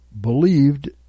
believed